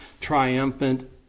triumphant